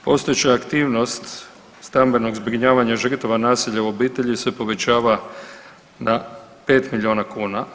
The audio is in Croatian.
Postojeća aktivnost stambenog zbrinjavanja žrtava nasilja u obitelji se povećava na 5 milijuna kuna.